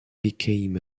became